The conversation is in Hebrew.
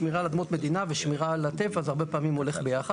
שמירה על אדמות מדינה ושמירה על הטבע הרבה פעמים הולכים ביחד.